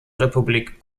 republik